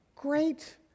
Great